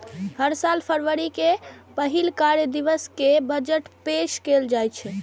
हर साल फरवरी के पहिल कार्य दिवस कें बजट पेश कैल जाइ छै